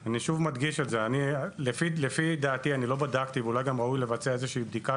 אני שוב מדגיש לא בדקתי ואולי ראוי לבצע בדיקה